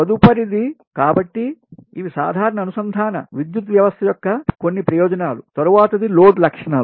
తదుపరిది కాబట్టి ఇవి సాధారణ అనుసంధాన విద్యుత్ వ్యవస్థ యొక్క కొన్ని ప్రయోజనాలుసరే తరువాతది లోడ్ లక్షణాలు